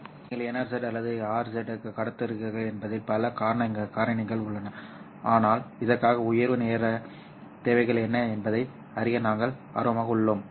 எனவே நீங்கள் NRZ அல்லது RZ ஐ கடத்துகிறீர்களா என்பதில் பல காரணிகள் உள்ளன ஆனால் இதற்காக உயர்வு நேர தேவைகள் என்ன என்பதை அறிய நாங்கள் ஆர்வமாக உள்ளோம்